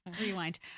Rewind